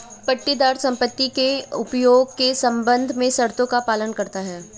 पट्टेदार संपत्ति के उपयोग के संबंध में शर्तों का पालन करता हैं